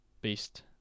beast